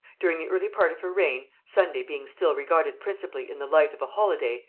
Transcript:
during the early part of her reign, sunday being still regarded principally in the light of a holiday,